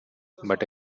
but